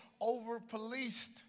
over-policed